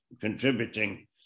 contributing